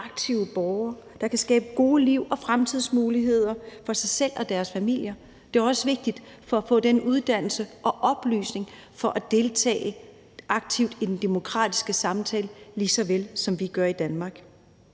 aktive borgere, der kan skabe gode liv og fremtidsmuligheder for sig selv og deres familier. Det er også vigtigt at få den uddannelse og oplysning for at deltage aktivt i den demokratiske samtale, lige så vel som vi gør det i Danmark.